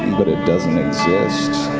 but it doesn't exist.